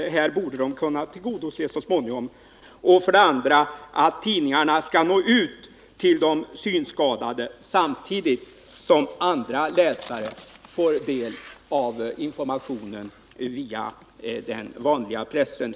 Den andra är att tidningarna skall nå ut till de synskadade samtidigt som andra läsare får del av informationen via den vanliga pressen.